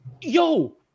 yo